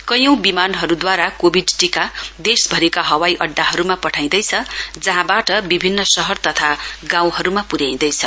कैयौं विमानहरूदावार कोविड टीका देशभरिका हवाईअङ्डाहरूमा पठाईँदैछ जहाँबाट बिभिन्न शहर तथा गाउँहरूमा प्याइँदैछ